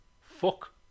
Fuck